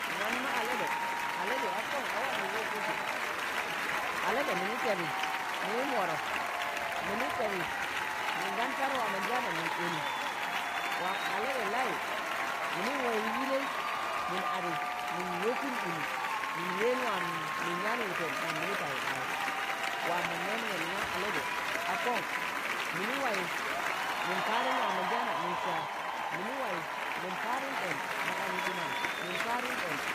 nwan ma aleda, alede a kon a wạa mo wok- woke, alede mini tẹdi minim worop mini tedi min gan Pạr waa mo njaana min oni, wa alade layi minin waiz liinei, min ạdi, mini wokun imu min wẹen wạam min yaan wuten nam mini Paiɗai. waa mo nenon nga alede a kon, mini wai min Padun waa monjaana min sạa, mini wayi min Pạdun ɗen, mo ɗanyi ɗuman min Padun ɗen.